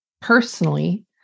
personally